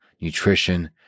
nutrition